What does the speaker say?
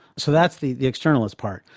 so that's the the externalist part.